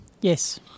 Yes